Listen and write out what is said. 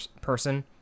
person